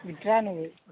ఇటు రా నువ్వు